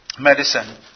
medicine